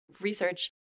research